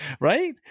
right